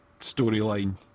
storyline